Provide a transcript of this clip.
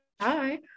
Hi